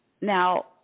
Now